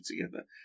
together